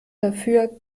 dafür